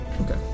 Okay